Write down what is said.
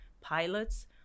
pilots